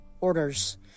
orders